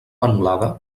anul·lada